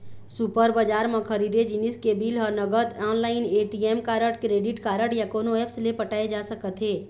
super बजार म खरीदे जिनिस के बिल ह नगद, online, ATM card, credit card या कोनो ऐप्स ले पटाए जा सकत हे